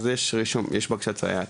אז יש בקשת סייעת.